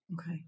Okay